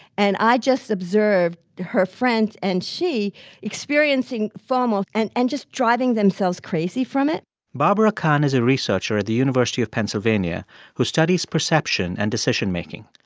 and i just observed her friends and she experiencing fomo and and just driving themselves themselves crazy from it barbara kahn is a researcher at the university of pennsylvania who studies perception and decision making.